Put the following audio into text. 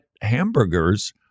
hamburgers